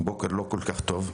הבוקר הוא בוקר לא כל כך טוב,